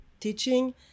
teaching